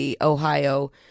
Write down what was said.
Ohio